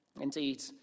indeed